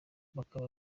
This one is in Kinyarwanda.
bakaba